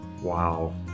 Wow